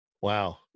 Wow